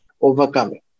overcoming